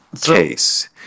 case